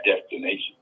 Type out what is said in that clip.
destination